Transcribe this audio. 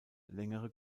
längere